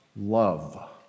love